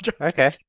Okay